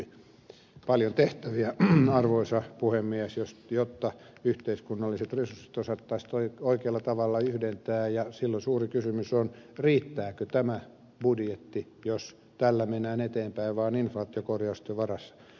paljon tehtäviä arvoisa puhemies jotta yhteiskunnalliset resurssit osattaisiin oikealla tavalla yhdentää ja silloin suuri kysymys on riittääkö tämä budjetti jos tällä mennään eteenpäin vain inflaatiokorjausten varassa